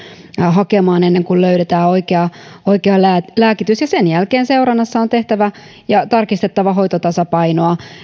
hakemaan ennen kuin löydetään oikea oikea lääkitys sen jälkeen seurannassa on tehtävä ja tarkistettava hoitotasapainoa